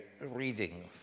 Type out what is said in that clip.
reading